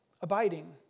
Abiding